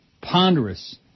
ponderous